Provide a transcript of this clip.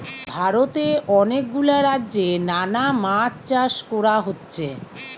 ভারতে অনেক গুলা রাজ্যে নানা মাছ চাষ কোরা হচ্ছে